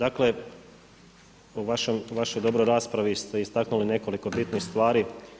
U vašoj dobroj raspravi ste istaknuli nekoliko bitnih stvari.